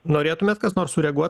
norėtumėt kas nors sureaguot